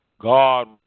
God